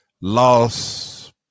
loss